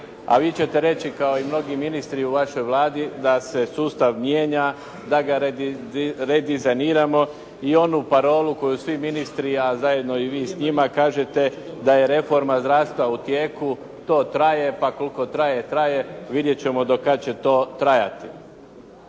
a vi ćete reći kao i mnogi ministri u vašoj Vladi, da se sustav mijenja, da ga redizajniramo i onu parolu koju svi ministri, a zajedno i vi s njima kažete da je reforma zdravstva u tijeku to traje pa koliko traje traje, vidjeti ćemo do kada će to trajati.